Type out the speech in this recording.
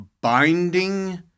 Binding –